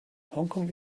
hongkong